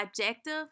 objective